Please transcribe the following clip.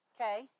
Okay